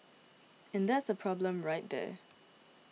and that's the problem right there